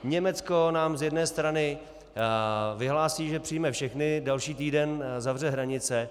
Německo nám z jedné strany vyhlásí, že přijme všechny, další týden zavře hranice.